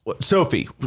Sophie